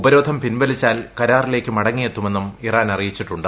ഉപരോധം പിൻവലിച്ചാൽ കരാറിലേക്കു മടങ്ങിയെത്തുമെന്നും ഇറാൻ അറിയിച്ചിട്ടുണ്ട്